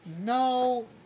No